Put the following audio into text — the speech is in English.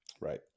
Right